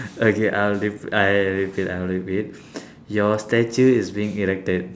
okay I'll repeat I'll repeat I'll repeat your statue is being erected